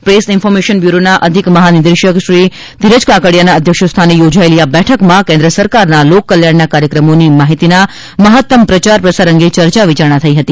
press information bureau ના અધિક મહા નિર્દેશક શ્રી ધીરજ કાકડિયા ના અધ્યક્ષ સ્થાને યોજાયેલી આ બેઠક માં કેન્દ્ર સરકાર ના લોકકલ્યાણ ના કાર્યક્રમો ની માહિતી ના મહત્તમ પ્રચાર પ્રસાર અંગે ચર્ચા વિચારણા થઇ હતી